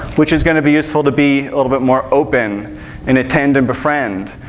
which is going to be useful to be a little bit more open and attend-and-befriend,